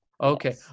okay